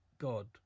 God